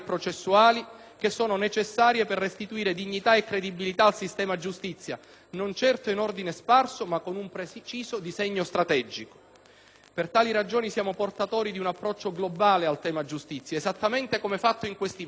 che sono necessarie per restituire dignità e credibilità al sistema Giustizia, non certo in ordine sparso ma con un preciso disegno strategico. Per tali ragioni siamo portatori di un approccio globale al tema giustizia, esattamente come fatto in questi primi